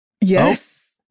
Yes